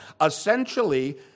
Essentially